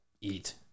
eat